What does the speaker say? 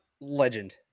legend